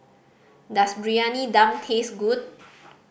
does Briyani Dum taste good